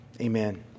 Amen